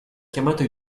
chiamato